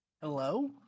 hello